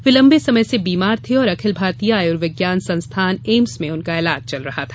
वे लम्बे समय से बीमार थे और अखिल भारतीय आयुर्विज्ञान संस्थान एम्स में उनका इलाज चल रहा था